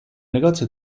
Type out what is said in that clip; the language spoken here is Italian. negozio